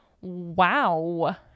Wow